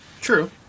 True